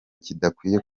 kidakwiye